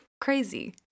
crazy